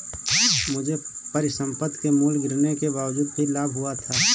मुझे परिसंपत्ति के मूल्य गिरने के बावजूद भी लाभ हुआ था